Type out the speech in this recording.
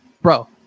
bro